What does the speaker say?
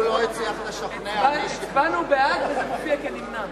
הוא לא הצליח לשכנע, הצבענו בעד וזה מופיע כנמנע.